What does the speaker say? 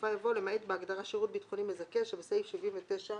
בסופה יבוא "למעט בהגדרה "שירות ביטחוני מזכה" שבסעיף 79א(ב)".